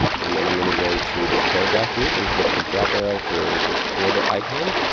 and then i'm gonna go to this paragraph group and click the drop arrow for this border icon.